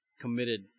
committed